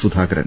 Sudhakaran